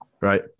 right